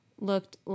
looked